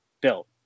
built